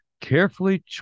carefully